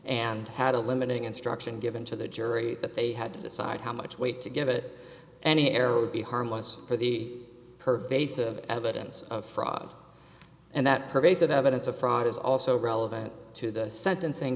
and had a limiting instruction given to the jury that they had to decide how much weight to give it any air would be harmless for the her face of evidence of fraud and that pervasive evidence of fraud is also relevant to the sentencing